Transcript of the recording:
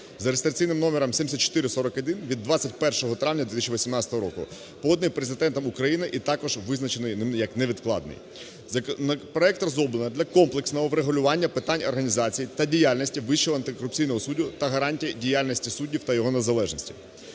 за реєстраційним номером 7441 від 21 травня 2018 року, поданий Президентом України і також визначений ним як невідкладний. Проект розроблено для комплексного врегулювання питань організації та діяльності Вищого антикорупційного суду та гарантії діяльності суддів та його незалежності.